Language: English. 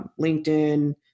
LinkedIn